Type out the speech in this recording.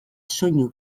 soinu